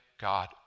God